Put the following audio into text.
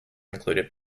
included